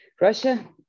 Russia